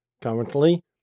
currently